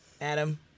Adam